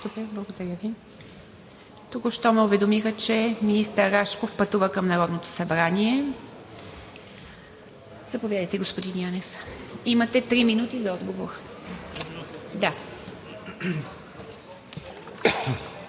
ИВА МИТЕВА: Току-що ме уведомиха, че министър Рашков пътува към Народното събрание. Заповядайте, господин Янев. Имате три минути за отговор.